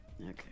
Okay